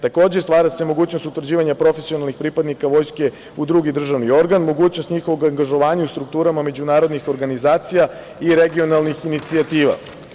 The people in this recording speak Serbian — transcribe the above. Takođe, stvara se mogućnost utvrđivanja profesionalnih pripadnika Vojske u drugi državni organ, mogućnost njihovog angažovanja u strukturama međunarodnih organizacija i regionalnih inicijativa.